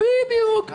בדיוק.